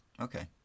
Okay